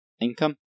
income